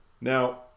Now